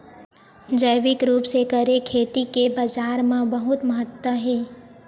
जैविक रूप से करे खेती के बाजार मा बहुत महत्ता हे